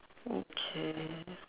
okay